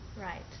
Right